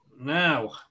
now